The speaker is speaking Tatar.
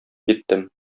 киттем